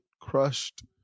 crushed